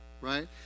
right